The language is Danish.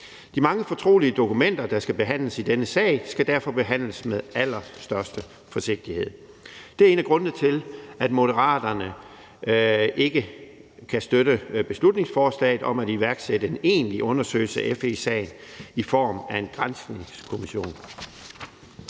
De mange fortrolige dokumenter, der skal behandles i denne sag, skal derfor behandles med allerstørste forsigtighed. Det er en af grundene til, at Moderaterne ikke kan støtte beslutningsforslaget om at iværksætte en egentlig undersøgelse af FE-sagen i form af en granskningskommission.